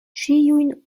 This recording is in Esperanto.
ĉiujn